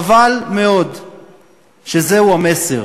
חבל מאוד שזהו המסר.